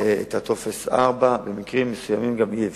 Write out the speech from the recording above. את טופס 4. במקרים מסוימים גם אי-אפשר.